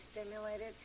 stimulated